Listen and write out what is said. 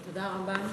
תודה רבה.